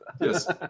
Yes